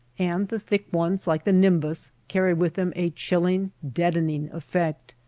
and the thick ones like the nimbus carry with them a chilling, deadening effect.